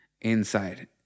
inside